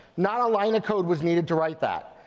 not a line of code was needed to write that.